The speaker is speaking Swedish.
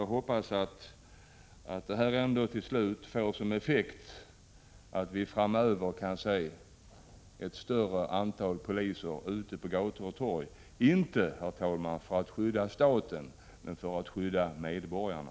Jag hoppas att detta till slut får sådan effekt att vi framöver kan se ett större antal poliser ute på gator och torg, inte för att skydda staten, men för att skydda medborgarna.